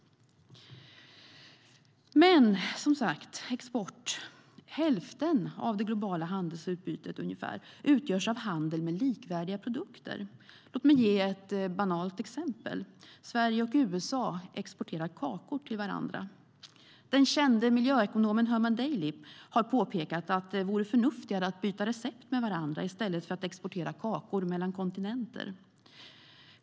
Ungefär hälften av det globala handelsutbytet utgörs av handel med likvärdiga produkter. Låt mig ge ett banalt exempel: Sverige och USA exporterar kakor till varandra. Den kände miljöekonomen Herman Daly har påpekat att det vore förnuftigare att byta recept med varandra i stället för att exportera kakor mellan kontinenter.